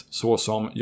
såsom